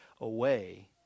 away